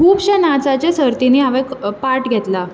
खुपशां नाचाच्या सर्तींनी हांवे पार्ट घेतला